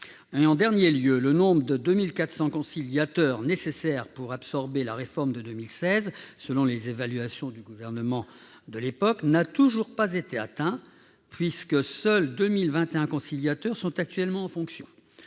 En dernier lieu, le nombre de 2 400 conciliateurs nécessaire pour absorber la réforme de 2016, selon les évaluations du gouvernement de l'époque, n'a toujours pas été atteint, puisque seuls 2 021 conciliateurs sont actuellement en fonction.